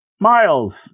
Miles